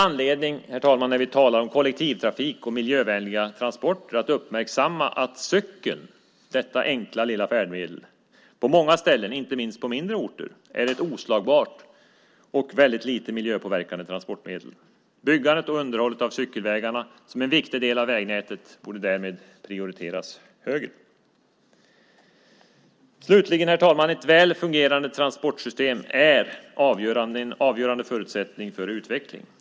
Herr talman! När vi talar om kollektivtrafik och miljövänliga transporter finns det också anledning att uppmärksamma att cykeln, detta enkla lilla färdmedel, på många ställen, inte minst på mindre orter, är ett oslagbart och väldigt lite miljöpåverkande transportmedel. Byggandet och underhållet av cykelvägarna som en viktig del av vägnätet borde därmed prioriteras högre. Herr talman! Ett väl fungerande transportsystem är en avgörande förutsättning för utveckling.